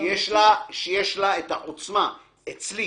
שיש לה את העוצמה אצלי,